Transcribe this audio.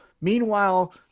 Meanwhile